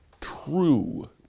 true